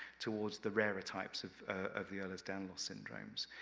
towards the rarer types of of the ehlers-danlos syndromes,